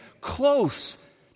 close